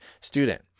student